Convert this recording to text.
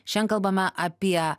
šian kalbame apie